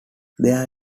there